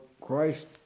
Christ